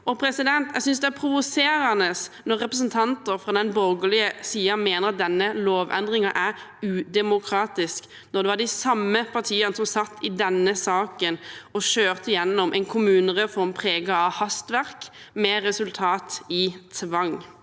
i dag. Jeg synes det er provoserende at representanter fra den borgerlige siden mener denne lovendringen er udemokratisk, når det var de samme partiene som satt i denne sal og kjørte gjennom en kommunereform preget av hastverk, og med et resultat av tvang.